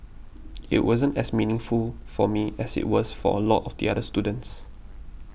it wasn't as meaningful for me as it was for a lot of the other students